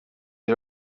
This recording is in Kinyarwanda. iyi